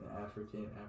African